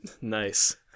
Nice